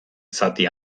zati